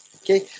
Okay